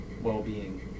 well-being